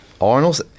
Arnold